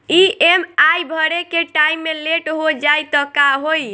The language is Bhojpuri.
ई.एम.आई भरे के टाइम मे लेट हो जायी त का होई?